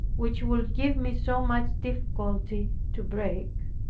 which would give me so much difficulty to break.